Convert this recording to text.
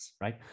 right